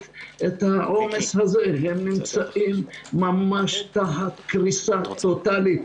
את העומס הזה ונמצאים ממש תחת קריסה טוטאלית.